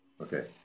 Okay